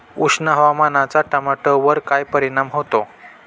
उष्ण हवामानाचा टोमॅटोवर काय परिणाम होतो?